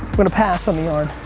gonna pass on the yard.